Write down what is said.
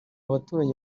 baturanyi